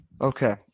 Okay